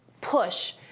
push